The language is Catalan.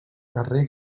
carrer